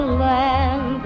land